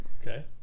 okay